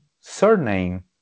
surname